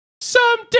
someday